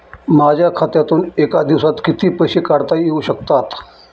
माझ्या खात्यातून एका दिवसात किती पैसे काढता येऊ शकतात?